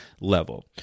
level